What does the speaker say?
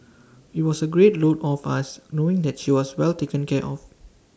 IT was A great load off us knowing that she was well taken care of